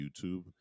YouTube